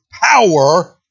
power